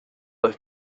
but